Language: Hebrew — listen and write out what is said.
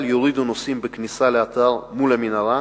יורידו נוסעים בכניסה לאתר מול המנהרה